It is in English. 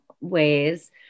ways